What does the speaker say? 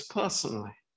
personally